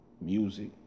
music